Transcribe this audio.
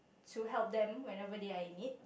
to help them whenever they are in need